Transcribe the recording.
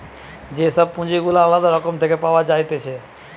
যে সব পুঁজি গুলা আলদা রকম থেকে পাওয়া যাইতেছে